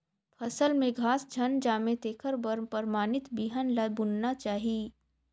फसल में घास झन जामे तेखर बर परमानित बिहन ल बुनना चाही